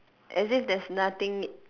as if there's nothing